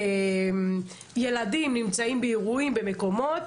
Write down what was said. ילדים נמצאים באירועים ומקומות,